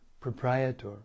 proprietor